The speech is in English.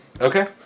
Okay